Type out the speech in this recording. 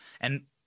and-